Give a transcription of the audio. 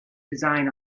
design